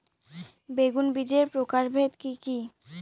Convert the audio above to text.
বেগুন বীজের প্রকারভেদ কি কী?